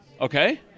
okay